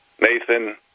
Nathan